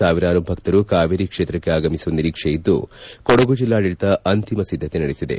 ಸಾವಿರಾರು ಭಕ್ತರು ಕಾವೇರಿ ಕ್ಷೇತ್ರಕ್ಕೆ ಆಗಮಿಸುವ ನಿರೀಕ್ಷೆಯಿದ್ದು ಕೊಡಗು ಜಿಲ್ಲಾಡಳಿತ ಅಂತಿಮ ಸಿದ್ದತೆ ನಡೆಸಿದೆ